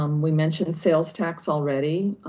um we mentioned sales tax already.